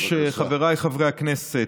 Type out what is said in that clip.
חבריי חברי הכנסת,